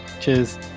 Cheers